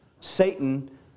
Satan